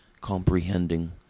comprehending